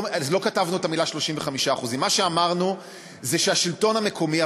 לא כתבנו "35%"; מה שאמרנו זה שהשלטון המקומי,